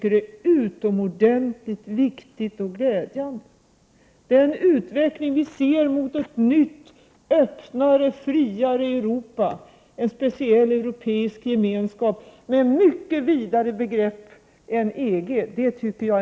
Det är oerhört positivt och viktigt att Sverige blir delaktigt i den utveckling vi ser mot ett nytt, öppnare, friare Europa — en speciell europeisk gemenskap med mycket vidare begrepp än EG.